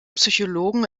psychologen